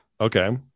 Okay